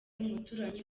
umuturanyi